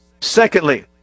Secondly